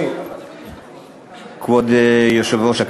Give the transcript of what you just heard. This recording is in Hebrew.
כבוד היושב-ראש,